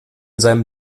seinem